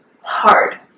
hard